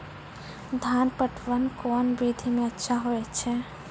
धान के पटवन कोन विधि सै अच्छा होय छै?